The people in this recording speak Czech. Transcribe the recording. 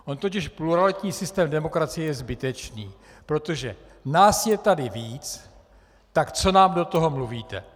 On totiž pluralitní systém demokracie je zbytečný, protože nás je tady víc, tak co nám do toho mluvíte.